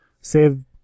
save